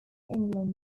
england